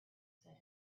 said